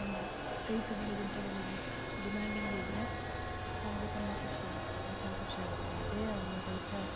ರೈತ ಬೆಳೆದಂಥ ಬೆಳೆಗೆ ಡಿಮ್ಯಾಂಡಿಂಗ್ ಇದ್ದರೆ ಅವನಿಗೆ ತುಂಬ ಖುಷಿ ಆಗುತ್ತೆ ಸಂತೋಷ ಆಗುತ್ತೆ ಅದೇ ಅವನು ರೈತ